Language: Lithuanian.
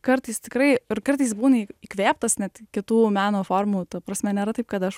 kartais tikrai ir kartais būni įkvėptas net kitų meno formų ta prasme nėra taip kad aš